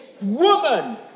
woman